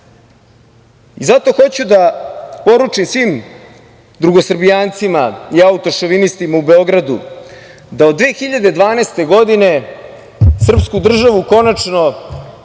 hoću da poručim svim drugosrbijancima i autošovinstima u Beogradu, da od 2012. godine srpsku državu konačno